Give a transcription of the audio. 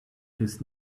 his